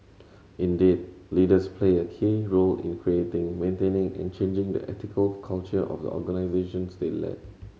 indeed leaders play a key role in creating maintaining and changing the ethical culture of the organisations they lead